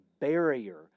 Barrier